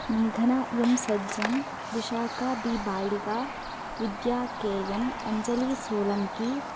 मेघना M Sajjan Vishakha B Baliga Vidya K N Anjali Solanki